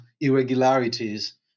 irregularities